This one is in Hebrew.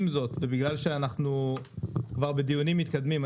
עם זאת ובגלל שאנחנו כבר בדיונים מתקדמים,